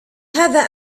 هذا